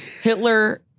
Hitler